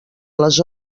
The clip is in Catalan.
les